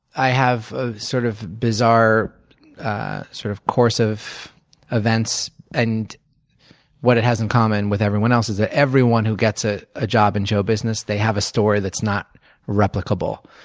i have a sort of bizarre sort of course of events. and what it has in common with everyone else is that everyone who gets ah a job in show business, they have a story that's not replicable.